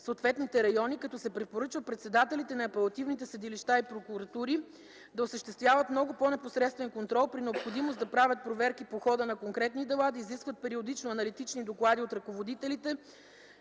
съответните райони, като се препоръчва председателите на апелативните съдилища и прокуратури да осъществяват много по-непосредствен контрол, при необходимост да правят проверки по хода на конкретни дела, да изискват периодично аналитични доклади от ръководителите